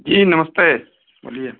जी नमस्ते बोलिए